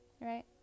right